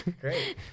Great